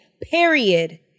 Period